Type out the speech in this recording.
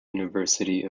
university